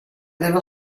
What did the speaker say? dello